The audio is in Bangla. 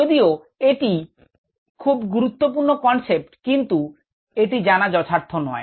যদিও এটি একটি খুব গুরুত্বপূর্ণ কনসেপ্ট কিন্তু শুধু এটি জানা যথেষ্ট নয়